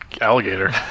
alligator